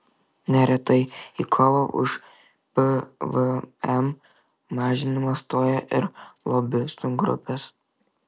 neretai į kovą už pvm mažinimą stoja ir lobistų grupės